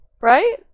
Right